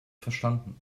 verstanden